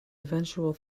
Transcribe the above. eventual